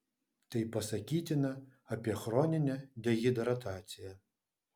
tai pasakytina apie chroninę dehidrataciją